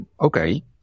Okay